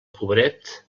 pobret